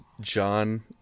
John